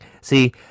See